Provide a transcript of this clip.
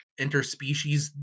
interspecies